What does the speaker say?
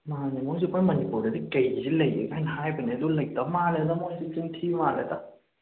ꯅꯍꯥꯟꯅꯦ ꯃꯣꯏꯁꯨ ꯄꯔ ꯃꯅꯤꯄꯨꯔꯗꯗꯤ ꯀꯩꯒꯁꯤ ꯂꯩꯌꯦꯅ ꯀꯥꯏꯅ ꯍꯥꯏꯕꯅꯤ ꯑꯗꯣ ꯂꯩꯇ ꯃꯥꯜꯂꯦꯗ ꯃꯣꯏꯁꯤ ꯆꯤꯟ ꯊꯤꯕ ꯃꯦꯜꯂꯦꯗ